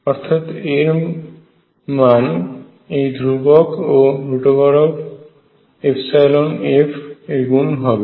অর্থাৎ এর মান এই ধ্রুবক ও F এর গুন হবে